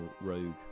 rogue